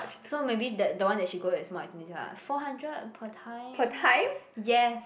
so maybe that the one that she go is more expensive lah four hundred per time yes